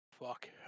Fuck